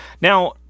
now